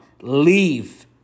Leave